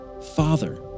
father